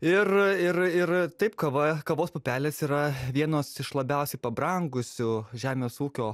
ir ir ir taip kava kavos pupelės yra vienos iš labiausiai pabrangusių žemės ūkio